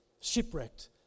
shipwrecked